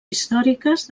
històriques